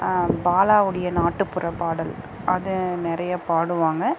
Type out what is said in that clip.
பாலாவுடைய நாட்டுப்புற பாடல் அது நிறைய பாடுவாங்க